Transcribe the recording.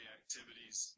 activities